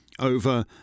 over